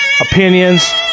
opinions